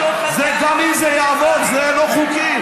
גם אם זה יעבור זה לא חוקי,